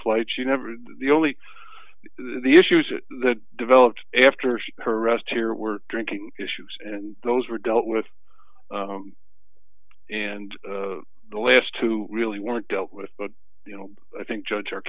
flight you never the only the issues that developed after she her arrest here were drinking issues and those were dealt with and the last two really weren't dealt with but you know i think judge or